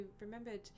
remembered